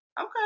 okay